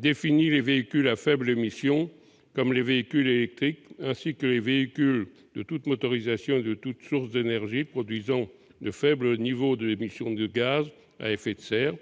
définit les véhicules à faibles émissions « comme les véhicules électriques ou les véhicules de toutes motorisations et de toutes sources d'énergie produisant de faibles niveaux d'émissions de gaz à effet de serre